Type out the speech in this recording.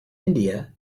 india